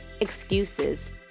excuses